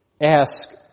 ask